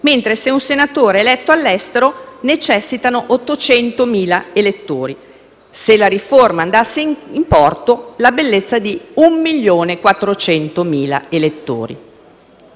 se la riforma andasse in porto servirebbero la bellezza di 1.400.000 elettori. Tra l'altro, stiamo parlando di quattro collegi dalle dimensioni gigantesche: